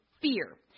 fear